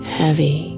heavy